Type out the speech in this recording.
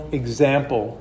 example